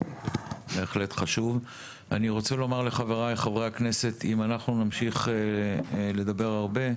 אני רוצה לומר לשאר חברי הכנסת שאם אנחנו נמשיך לדבר הרבה,